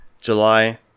July